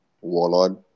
warlord